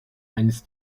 eines